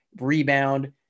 rebound